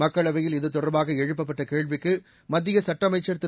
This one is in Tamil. மக்களவையில் இத்தொடர்பாக எழுப்பப்பட்ட கேள்விக்கு மத்திய சட்ட அமைச்சர் திரு